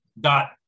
dot